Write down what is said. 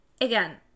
Again